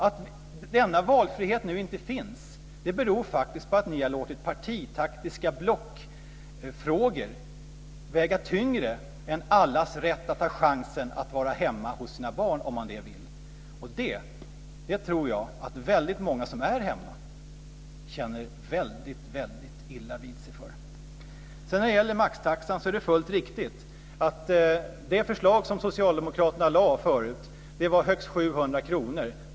Att denna valfrihet nu inte finns beror faktiskt på att ni har låtit partitaktiska blockfrågor väga tyngre än allas rätt att ha chansen att vara hemma hos sin barn om man vill det. Och det tror jag att väldigt många som är hemma tar väldigt illa vid sig för. När det gäller maxtaxan är det fullt riktigt att det förslag som socialdemokraterna lade fram tidigare skulle innebära högst 700 kr.